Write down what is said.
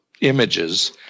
images